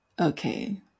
Okay